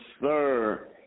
sir